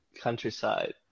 Countryside